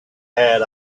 had